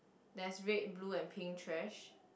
there is red blue and pink trash